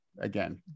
again